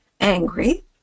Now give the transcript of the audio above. angry